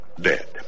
Dead